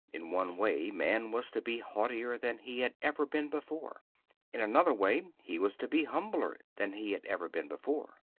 in one way man was to be haughtier than he had ever been before in another way he was to be humbler than he had ever been before.